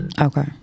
Okay